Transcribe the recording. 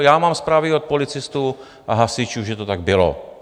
Já mám zprávy od policistů a hasičů, že to tak bylo.